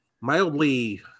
mildly